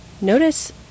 Notice